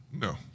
No